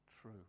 true